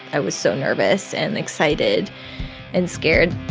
i was so nervous and excited and scared